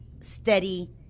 steady